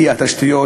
התשתיות